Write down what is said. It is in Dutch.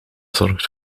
zorgt